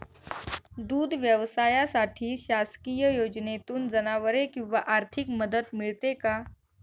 दूध व्यवसायासाठी शासकीय योजनेतून जनावरे किंवा आर्थिक मदत मिळते का?